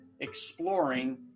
exploring